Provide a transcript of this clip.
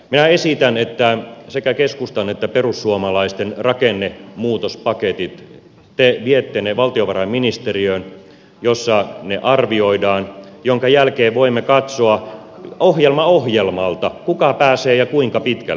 minä esitän että te viette sekä keskustan että perussuomalaisten rakennemuutospaketit valtiovarainministeriöön jossa ne arvioidaan minkä jälkeen voimme katsoa ohjelma ohjelmalta kuka pääsee ja kuinka pitkälle